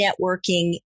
networking